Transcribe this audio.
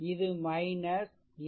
இது இது